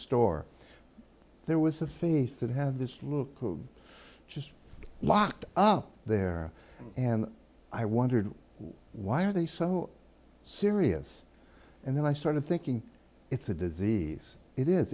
store there was a face that have this little code just locked up there and i wondered why are they so serious and then i started thinking it's a disease it is